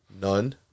none